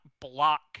block